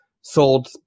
sold